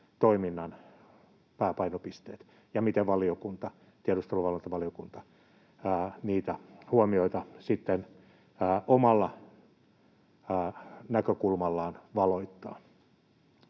toiminnan pääpainopisteet ja miten tiedusteluvalvontavaliokunta niitä huomioita sitten omalla näkökulmallaan valottaa.